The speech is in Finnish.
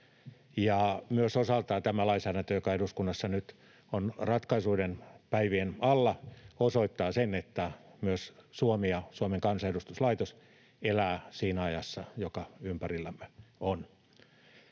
myös tämä lainsäädäntö, joka eduskunnassa nyt on ratkaisuiden päivien alla, osoittaa sen, että myös Suomi ja Suomen kansanedustuslaitos elävät siinä ajassa, joka ympärillämme on.